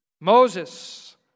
Moses